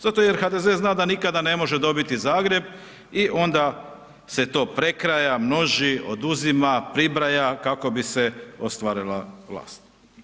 Zato jer HDZ zna da nikada ne može dobiti Zagreb i onda se to prekraja, množi, oduzima, pribraja, kako bi se ostvarila vlast.